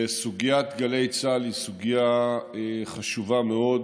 סוגיית גלי צה"ל היא סוגיה חשובה מאוד.